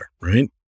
right